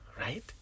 Right